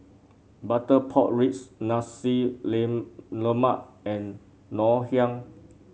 Butter Pork Ribs Nasi Lemak and Ngoh Hiang